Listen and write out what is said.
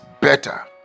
better